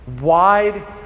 Wide